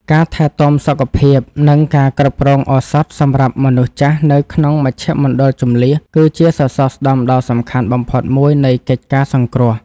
ការថែទាំសុខភាព និងការគ្រប់គ្រងឱសថសម្រាប់មនុស្សចាស់នៅក្នុងមជ្ឈមណ្ឌលជម្លៀស គឺជាសសរស្តម្ភដ៏សំខាន់បំផុតមួយនៃកិច្ចការសង្គ្រោះ។